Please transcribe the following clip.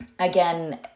Again